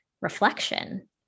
reflection